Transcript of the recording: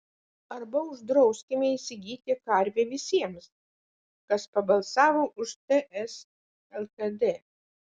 arba uždrauskime įsigyti karvę visiems kas pabalsavo už ts lkd